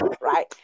right